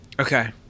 Okay